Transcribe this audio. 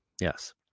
yes